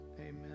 Amen